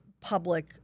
public